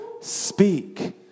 speak